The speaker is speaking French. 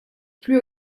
plus